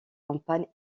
campagnes